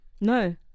No